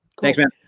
thanks man.